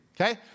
okay